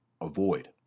avoid